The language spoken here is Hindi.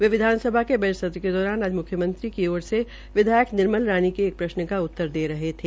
वे विधानसभा के जट सत्र के दौरान आज मुख्यमंत्री की ओर से विधायक निर्मल रानी के एक प्रश्न का उतर दे रहे थे